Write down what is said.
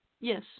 Yes